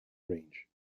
range